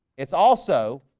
it's also